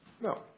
No